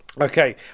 Okay